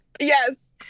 yes